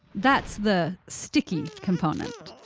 that's the sticky component.